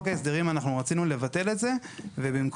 ההסדרים אנחנו רצינו לבטל את זה ובמקום,